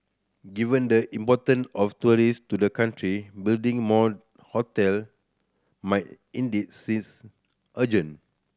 given the important of tourist to the country building more hotel might indeed sees urgent